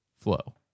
Flow